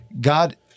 God